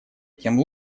тем